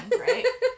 right